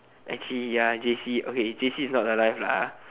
actually ya j_c okay j_c is not the life lah